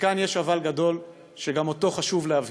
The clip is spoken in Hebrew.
וכאן יש אבל גדול, שגם אותו חשוב להבהיר,